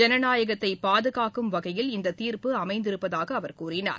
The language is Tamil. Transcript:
ஜனநாயகத்தை பாதுகாக்கும் வகையில் இந்த தீர்ப்பு அமைந்திருப்பதாக அவர் கூறினார்